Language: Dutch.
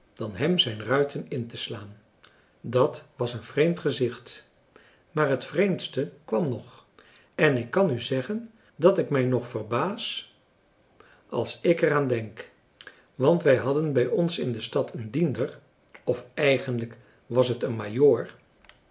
dan hem zijn ruiten in te slaan dat was een vreemd gezicht maar het vreemdste kwam nog en ik kan u zeggen dat ik mij nog verbaas als ik er aan denk want wij hadden bij ons in de stad een diender of eigenlijk was het een